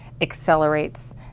accelerates